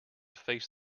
face